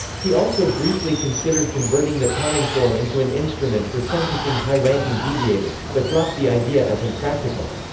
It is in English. he also briefly considered converting the cominform into an instrument for sentencing high-ranking deviators, but dropped the idea as impractical.